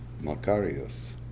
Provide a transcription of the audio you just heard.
Macarius